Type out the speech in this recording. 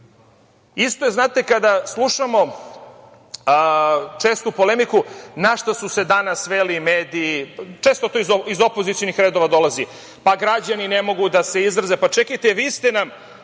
lepo. Isto je kada slušamo čestu polemiku na šta su se danas sveli mediji, često to iz opozicionih redova dolazi, da građani ne mogu da se izraze. Pa čekajte, vi ste nam